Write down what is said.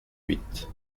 huit